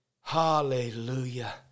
Hallelujah